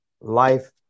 life